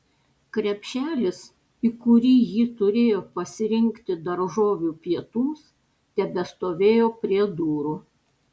krepšelis į kurį ji turėjo pasirinkti daržovių pietums tebestovėjo prie durų